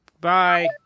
bye